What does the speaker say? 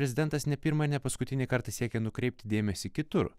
prezidentas ne pirmą ir ne paskutinį kartą siekė nukreipti dėmesį kitur